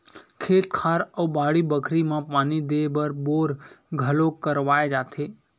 खेत खार अउ बाड़ी बखरी म पानी देय बर बोर घलोक करवाए जाथे